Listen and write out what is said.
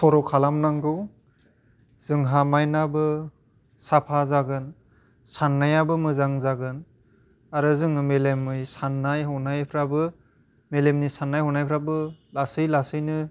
सर' खालामनांगौ जोंहा माइन्टआबो साफा जागोन सान्नायाबो मोजां जागोन आरो जोङो मेलेमयै सान्नाय हनायफ्राबो मेलेमनि सान्नाय हनायफ्राबो लासै लासैनो